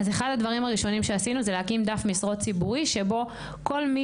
אז אחד הדברים הראשונים שעשינו זה להקים דף משרות ציבורי שבו כל מי